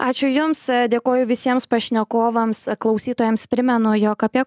ačiū jums dėkoju visiems pašnekovams klausytojams primenu jog apie